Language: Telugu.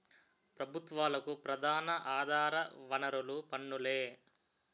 ప్రభుత్వాలకు ప్రధాన ఆధార వనరులు పన్నులే